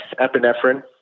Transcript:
epinephrine